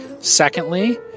Secondly